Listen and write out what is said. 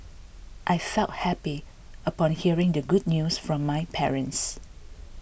I felt happy upon hearing the good news from my parents